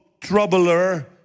troubler